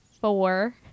four